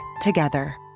together